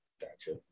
Gotcha